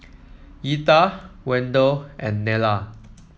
Etha Wendell and Nella